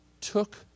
took